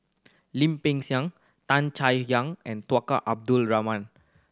Lim Peng Siang Tan Chay Yan and Tunku Abdul Rahman